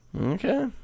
Okay